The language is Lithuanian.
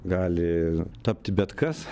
gali tapti bet kas